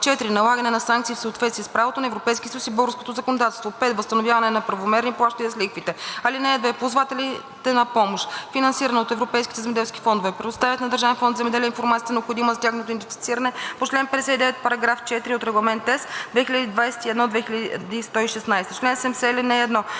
4. налагане на санкции в съответствие с правото на Европейския съюз и българското законодателство; 5. възстановяване на неправомерни плащания с лихвите. (2) Ползвателите на помощ, финансирана от европейските земеделски фондове, предоставят на Държавен фонд „Земеделие“ информацията, необходима за тяхното идентифициране по чл. 59, параграф 4 от Регламент (ЕС) 2021/2116. Чл. 70. (1)